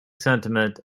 sentiment